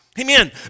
Amen